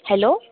hello